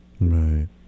Right